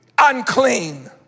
unclean